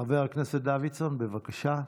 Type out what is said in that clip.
חבר הכנסת דוידסון, בבקשה.